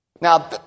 Now